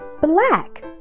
black